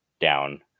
down